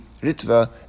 Ritva